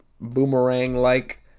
boomerang-like